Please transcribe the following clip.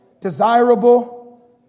desirable